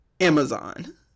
Amazon